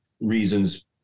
reasons